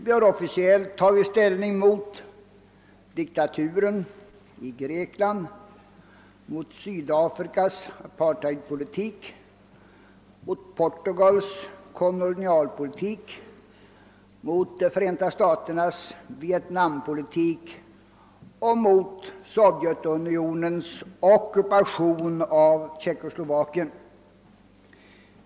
Vi har officiellt tagit ställning mot diktaturen i Grekland, mot Sydafrikas apartheidpolitik, mot Portugals kolonialpolitik, mot Förenta staternas Vietnampolitik och mot Sovjetunionens ockupation av Tjeckoslovakien.